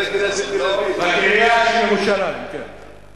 בקריה של ירושלים, כן.